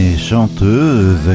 chanteuse